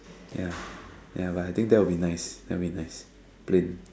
ya ya but I think that will be nice that be nice plane